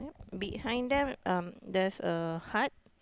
behind them there's a heart